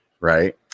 right